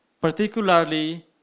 particularly